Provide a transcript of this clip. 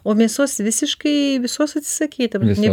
o mėsos visiškai visos atsisakei nei